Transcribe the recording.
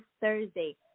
Thursday